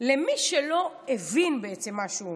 למי שלא הבין מה שהוא אומר,